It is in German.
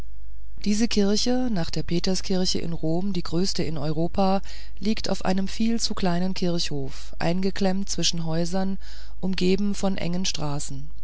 diese kirche nach der peterskirche in rom die größte in europa liegt auf einem viel zu kleinen kirchhof eingeklemmt zwischen häusern umgeben von engen straßen